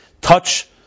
touch